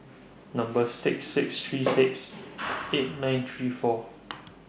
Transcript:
Number six six three six eight nine three four